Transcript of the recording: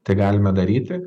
tai galime daryti